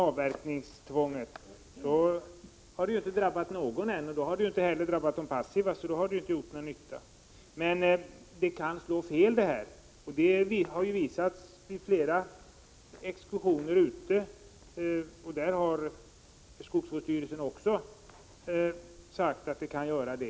Avverkningstvånget har inte drabbat någon, förklarade Jan Fransson. Då har det ju inte heller drabbat de passiva, så då har det inte gjort någon nytta. Men det kan slå fel, och det har visats vid flera exkursioner. Skogsvårdsstyrelsen har också sagt att det kan göra det.